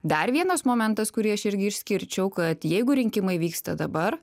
dar vienas momentas kurį aš irgi išskirčiau kad jeigu rinkimai vyksta dabar